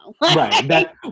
Right